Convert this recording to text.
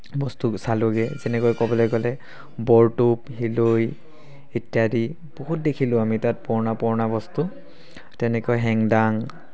বস্তু চালোঁগৈ যেনেকৈ ক'বলৈ গ'লে বৰটোপ হিলৈ ইত্যাদি বহুত দেখিলোঁ আমি তাত পুৰণা পুৰণা বস্তু তেনেকৈ হেংদান